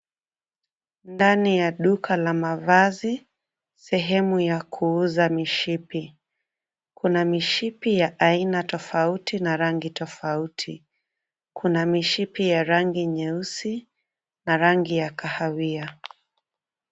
Ndani ya duka la mavazi sehemu ya kuuza mishipi. Kuna mishipi ya aina tofauti na rangi tofauti kuna mishipi ya rangi nyeusi na rangi ya kahawia.